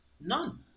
None